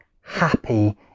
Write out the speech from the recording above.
happy